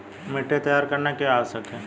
मिट्टी तैयार करना क्यों आवश्यक है?